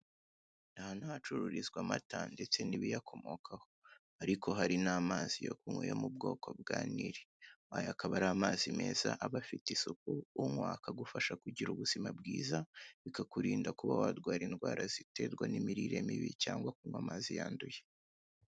Aha ni ahacururizwa amata ndetse n'ibiyakomokaho, ariko hari n'amazi yo kunywa yo mubwoko bwa nili, aya akaba Ari amazi meza aba afite isuku unywa akagufasha kugira ubuzima bwiza bikakurinda kuba warwara indwara ziterwa n'imirire mibi cyangwa amazi yanduye.